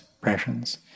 impressions